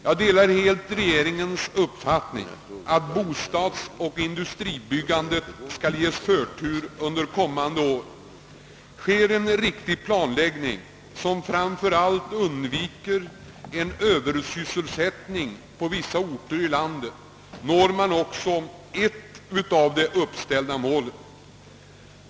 Jag delar helt regeringens uppfattning, att bostadsoch industribyggande bör ges förtur under kommande år. Görs det en riktig planläggning, som framför allt undviker en Ööversysselsättning på vissa orter i landet, når man också ett av de uppställda målen.